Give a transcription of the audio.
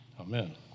Amen